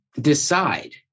decide